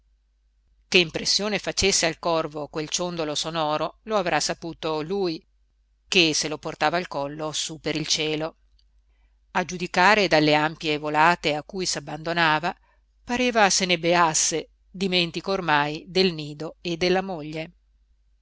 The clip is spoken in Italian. che impressione facesse al corvo quel ciondolo sonoro lo avrà saputo lui che se lo portava al collo su per il cielo a giudicare dalle ampie volate a cui s'abbandonava pareva se ne beasse dimentico ormai del nido e della moglie